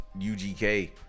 UGK